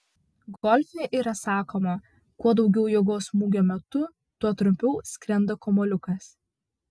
golfe yra sakoma kuo daugiau jėgos smūgio metu tuo trumpiau skrenda kamuoliukas